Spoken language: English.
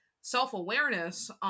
self-awareness